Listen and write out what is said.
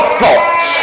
thoughts